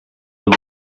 were